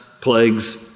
plagues